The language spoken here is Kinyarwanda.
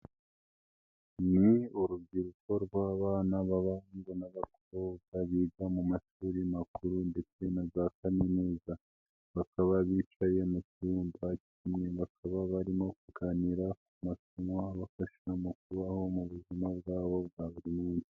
Ni urubyiruko rw'abana b'abahungu n'abakobwa biga mu mashuri makuru ndetse na za kaminuza. Bakaba bicaye mu cyumba kimwe. Bakaba barimo kuganira ku masomo abafasha mu kubaho mu buzima bwabo bwa buri munsi.